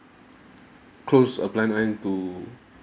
close a blind eye and to